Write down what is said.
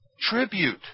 Tribute